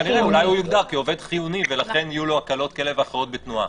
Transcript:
אולי הוא יוגדר כעובד חיוני ולכן יהיו לו הקלות כאלה ואחרות בתנועה.